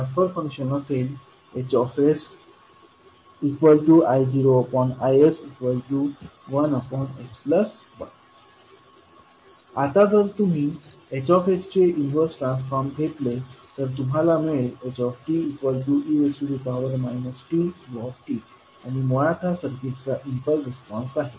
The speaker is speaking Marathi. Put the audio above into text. ट्रान्सफर फंक्शन असेल HsI0Is1s 1 आता जर तुम्ही Hsचे इन्वर्स ट्रान्सफॉर्म घेतले तर तुम्हाला मिळेल h e tu आणि मुळात हा सर्किटचा इम्पल्स रिस्पॉन्स आहे